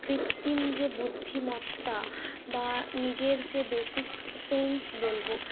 কৃত্তিম যে বুদ্ধিমত্তা বা নিজের যে বেসিক সেন্স বলবো